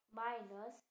minus